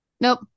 Nope